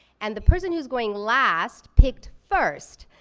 and the person who's going last picked first.